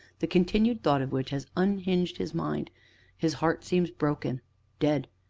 the continued thought of which has unhinged his mind his heart seems broken dead.